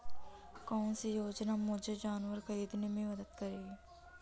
कौन सी योजना मुझे जानवर ख़रीदने में मदद करेगी?